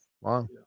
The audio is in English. wow